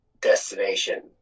destination